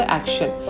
action